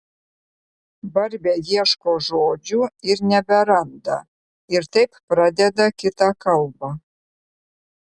barbė ieško žodžių ir neberanda ir taip pradeda kitą kalbą